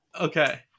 Okay